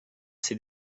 ses